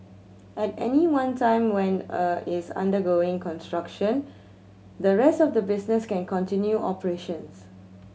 at any one time when a is undergoing construction the rest of the business can continue operations